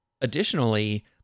additionally